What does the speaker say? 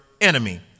enemy